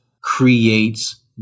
creates